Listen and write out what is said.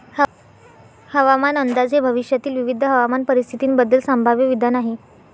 हवामान अंदाज हे भविष्यातील विविध हवामान परिस्थितींबद्दल संभाव्य विधान आहे